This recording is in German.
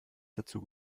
dazu